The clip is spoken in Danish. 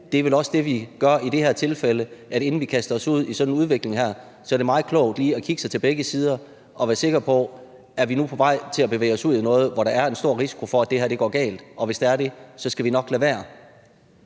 Det er vel også det, vi gør i det her tilfælde. Inden vi kaster os ud i sådan en udvikling her, er det meget klogt lige at kigge sig til begge sider og være sikre på, om vi nu er på vej til at bevæge os ud i noget, hvor der er en stor risiko for, at det her går galt. Hvis der er det, skal vi nok lade være.